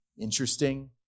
interesting